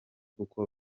kuko